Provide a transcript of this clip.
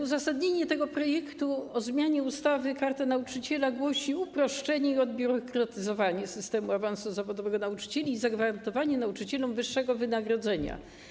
Uzasadnienie projektu ustawy o zmianie ustawy - Karta Nauczyciela głosi uproszczenie i odbiurokratyzowanie systemu awansu zawodowego nauczycieli i zagwarantowanie nauczycielom wyższego wynagrodzenia.